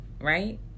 Right